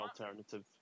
alternative